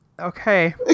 Okay